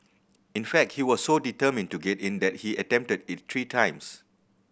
in fact he was so determined to get in that he attempted it three times